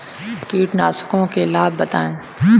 कीटनाशकों के लाभ बताएँ?